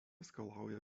skalauja